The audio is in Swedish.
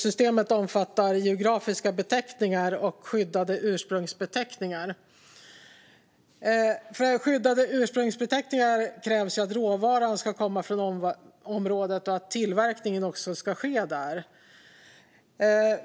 Systemet omfattar geografiska beteckningar och skyddade ursprungsbeteckningar. För en skyddad ursprungsbeteckning krävs att råvaran ska komma från området och att tillverkningen ska ske där.